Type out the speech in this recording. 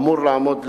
אמור לעמוד לדין.